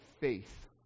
Faith